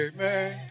Amen